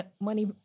money